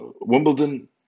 Wimbledon